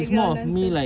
background dancers